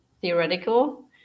theoretical